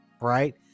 right